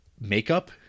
makeup